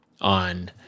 on